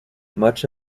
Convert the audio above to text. much